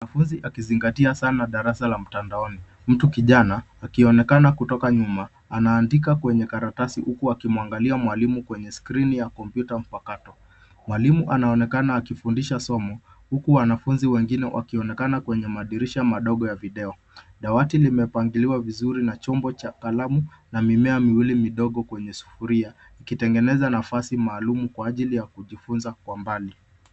Mwanafunzi akizingatia sana darasa la mtandaoni. Mtu kijana akionekana kutoka nyuma anaandika kwenye karatasi huku akimwangalia mwalimu kwenye skrini ya kompyuta mpakato. Mwalimu anaonekana akifundisha somo huku wanafunzi wengine wakionekana kwenye madirisha madogo ya video. Dawati limepangiliwa vizuri na chombo cha kalamu na mimea miwili midogo kwenye sufuria ikitengeneza nafasi maalum kwa ajili ya kujifunza kwa mbali.